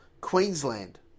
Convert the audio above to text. Queensland